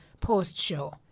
post-show